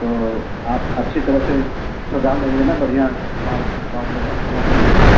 तो आप अच्छी तरह से सजा लेंगे न बढ़िया कार बढ़िया लड़के भेजना